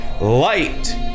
Light